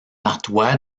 artois